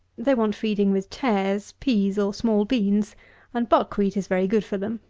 they want feeding with tares, peas, or small beans and buck-wheat is very good for them.